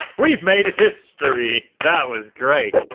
we've made history. that was great.